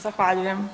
Zahvaljujem.